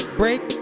break